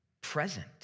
present